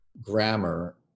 grammar